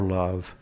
love